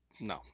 No